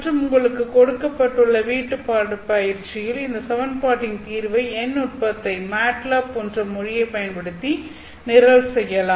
மற்றும் உங்களுக்கு கொடுக்கப்பட்டுள்ள வீட்டு பாட பயிற்சியில் இந்த சமன்பாட்டின் தீர்வை எண் நுட்பத்தைப் மாட்லாப் போன்ற மொழியைப் பயன்படுத்தி நிரல் செய்யலாம்